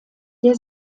der